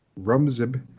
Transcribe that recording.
Rumzib